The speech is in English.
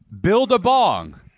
Build-a-bong